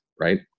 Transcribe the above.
Right